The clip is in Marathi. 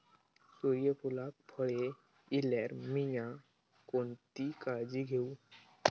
सूर्यफूलाक कळे इल्यार मीया कोणती काळजी घेव?